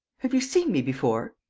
have you seen me before.